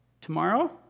Tomorrow